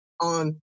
on